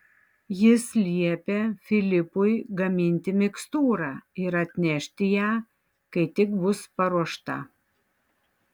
jis liepė filipui gaminti mikstūrą ir atnešti ją kai tik bus paruošta